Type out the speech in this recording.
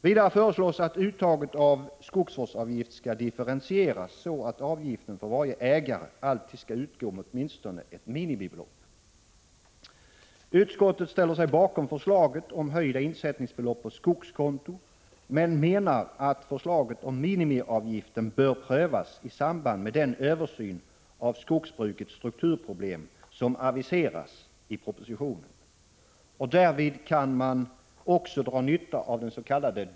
Vidare föreslås att uttaget av skogsvårdsavgift skall differentieras, så att avgiften för varje ägare alltid skall utgå med åtminstone ett minimibelopp. Utskottet ställer sig bakom förslaget om höjda insättningsbelopp på skogskonto men menar att förslaget om minimiavgiften bör prövas i samband med den översyn av skogsbrukets strukturproblem som aviseras i propositionen. Därvid kan man också dra nytta av dens.k.